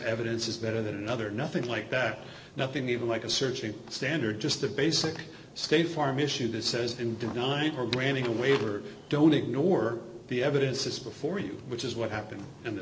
evidence is better than another nothing like that nothing even like a searching standard just the basic state farm issue that says in denying or granting a waiver don't ignore the evidence is before you which is what happened in th